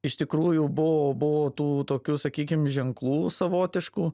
iš tikrųjų buvo buvo tų tokių sakykim ženklų savotiškų